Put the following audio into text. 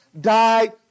died